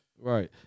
Right